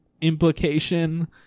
implication